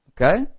Okay